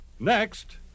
Next